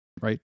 right